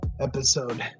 episode